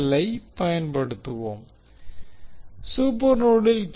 ஐ பயன்படுத்துவோம் சூப்பர் நோடில் கே